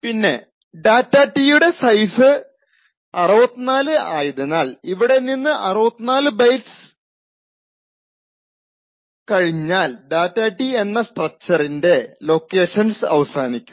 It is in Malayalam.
പിന്നെ ഡാറ്റ ടി യുടെ data T സൈസ് 64 ആയതിനാൽ ഇവിടെ നിന്ന് 64 ബൈറ്റ്സ് ആയതിനാൽഇവിടെ നിന്ന് 64 ബൈറ്റ്സ് കഴിഞ്ഞാൽ ഡാറ്റ ടി data T എന്ന സ്ട്രക്ച്ചറിന്റെ ലൊക്കേഷൻസ് അവസാനിക്കും